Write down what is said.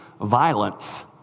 violence